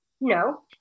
No